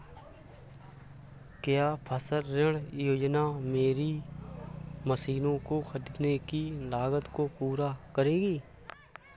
क्या फसल ऋण योजना मेरी मशीनों को ख़रीदने की लागत को पूरा करेगी?